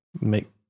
make